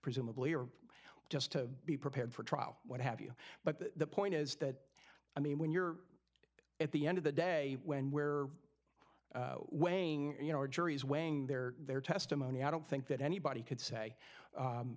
presumably or just to be prepared for trial what have you but the point is that i mean when you're at the end of the day when where weighing you know a jury is weighing their their testimony i don't think that anybody could say